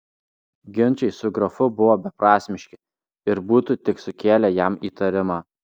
ginčai su grafu buvo beprasmiški ir būtų tik sukėlę jam įtarimą